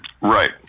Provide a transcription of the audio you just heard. right